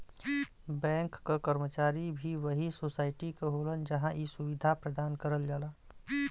bank क कर्मचारी भी वही सोसाइटी क होलन जहां इ सुविधा प्रदान करल जाला